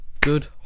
Good